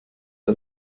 der